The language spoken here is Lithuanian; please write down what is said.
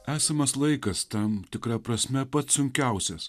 esamas laikas tam tikra prasme pats sunkiausias